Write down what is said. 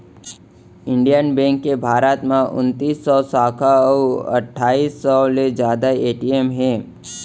Indian bank के भारत म उनतीस सव साखा अउ अट्ठाईस सव ले जादा ए.टी.एम हे